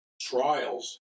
trials